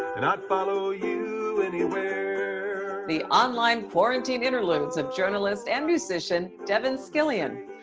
and i'd follow you anywhere the online quarantine interludes of journalist and musician, devin scillian.